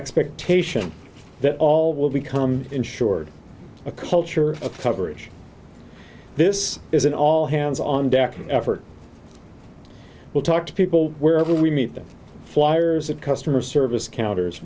expectation that all will become insured a culture of coverage this is an all hands on deck effort will talk to people wherever we meet them flyers a customer service counters